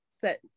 set